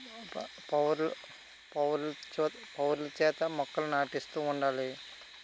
ప పౌరులు పౌరులు చే పౌరులు చేత మొక్కలు నాటిస్తూ ఉండాలి